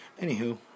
Anywho